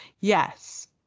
Yes